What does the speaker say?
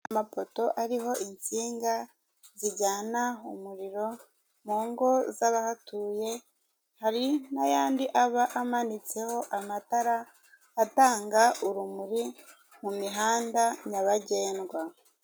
Amapoto ariho insinga zijyana umuriro mu ngo z'abahatuye hari nayandi aba ama nitseho amatara atanga urumuri mu mihanda nyabagendwa.